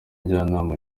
njyanama